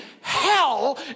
hell